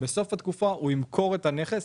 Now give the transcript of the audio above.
הוא ימכור את הנכס,